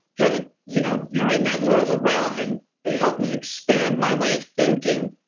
kind of you know you're in that normal realm and it helped me expand my way of thinking.